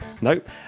Nope